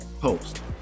Post